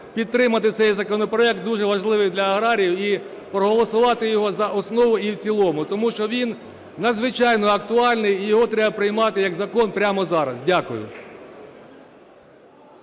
підтримати цей законопроект, дуже важливий для аграріїв, і проголосувати його за основу і в цілому, тому що він надзвичайно актуальний і його треба приймати як закон прямо зараз. Дякую.